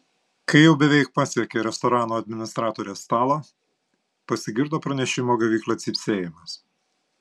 kai jau beveik pasiekė restorano administratorės stalą pasigirdo pranešimo gaviklio cypsėjimas